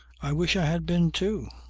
i wish i had been too.